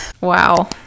wow